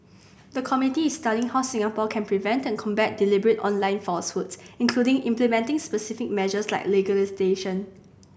the committee is studying how Singapore can prevent and combat deliberate online falsehoods including implementing specific measures like legislation